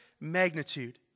magnitude